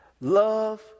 love